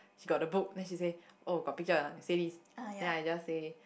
she got the book then she say oh got picture or not I say this then I just say